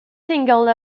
single